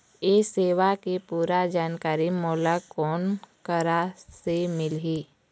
ये सेवा के पूरा जानकारी मोला कोन करा से मिलही?